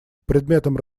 предметом